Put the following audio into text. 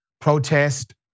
protest